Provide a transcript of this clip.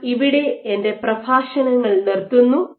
ഞാൻ ഇവിടെ എന്റെ പ്രഭാഷണങ്ങൾ നിർത്തുന്നു